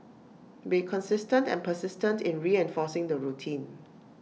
be consistent and persistent in reinforcing the routine